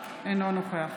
אינו נוכח